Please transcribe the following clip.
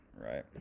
Right